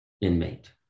inmate